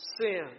sin